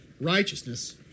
righteousness